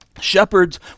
shepherds